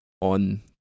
on